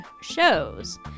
shows